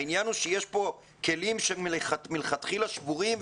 העניין הוא שיש כאן כלים שהם מלכתחילה שבורים,